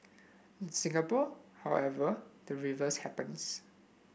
in Singapore however the reverse happens